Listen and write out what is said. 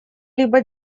либо